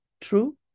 true